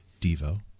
Devo